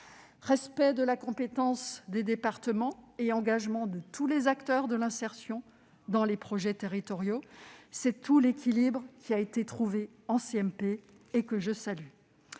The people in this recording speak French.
Respect de la compétence des départements et engagement de tous les acteurs de l'insertion dans les projets territoriaux : c'est tout l'équilibre qui a été trouvé en commission mixte